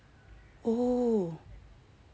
oh